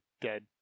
dead